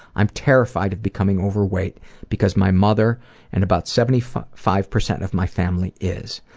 i'm terrified of becoming overweight because my mother and about seventy five five percent of my family is.